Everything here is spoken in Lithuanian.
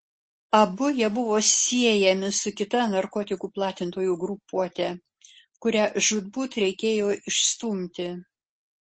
abu jie buvo siejami su kita narkotikų platintojų grupuote kurią žūtbūt reikėjo išstumti